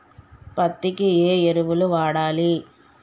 పత్తి కి ఏ ఎరువులు వాడాలి?